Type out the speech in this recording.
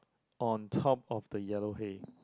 on top of the yellow hay